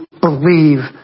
believe